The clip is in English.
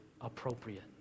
appropriate